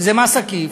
זה מס עקיף.